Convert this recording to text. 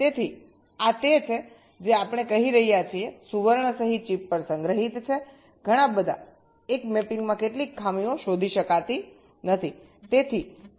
તેથી આ તે છે જે આપણે કહી રહ્યા છીએ સુવર્ણ સહી ચિપ પર સંગ્રહિત છેઘણા બધા એક મેપિંગમાં કેટલીક ખામીઓ શોધી શકાતી નથી